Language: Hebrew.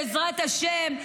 בעזרת השם,